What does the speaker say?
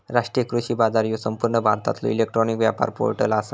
राष्ट्रीय कृषी बाजार ह्यो संपूर्ण भारतातलो इलेक्ट्रॉनिक व्यापार पोर्टल आसा